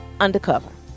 undercover